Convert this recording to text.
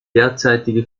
derzeitige